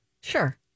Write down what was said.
Sure